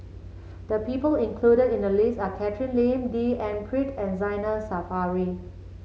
the people included in the list are Catherine Lim D N Pritt and Zainal Sapari